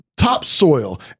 Topsoil